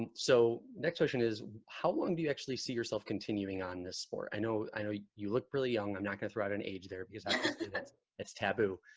and so, next question is, how long do you actually see yourself continuing on this sport? i know, i know you look really young. i'm not gonna throw out an age there because it's it's taboo,